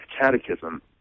catechism